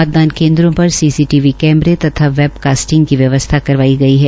मतदान केन्द्रों पर सीसीटीवी कैमरे तथा वैबकास्टिंग की व्यवस्था करवाई गई है